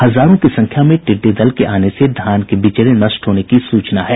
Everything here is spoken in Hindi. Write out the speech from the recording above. हजारों की संख्या में टिड्डी दल के आने से धान के बिचड़े के नष्ट होने की सूचना है